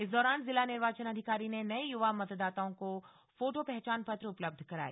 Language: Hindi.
इस दौरान जिला निर्वाचन अधिकारी ने नये युवा मतदाताओं को फोटो पहचान पत्र उपलब्ध कराए